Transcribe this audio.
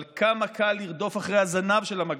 אבל כמה קל לרדוף אחרי הזנב של המגפה,